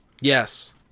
yes